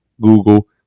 Google